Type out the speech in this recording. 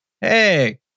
Hey